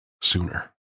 sooner